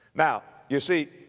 now, you see,